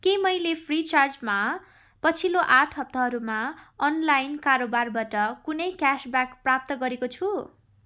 के मैले फ्रिचार्जमा पछिल्लो आठ हप्ताहरूमा अनलाइन कारोबारबाट कुनै क्यासब्याक प्राप्त गरेको छु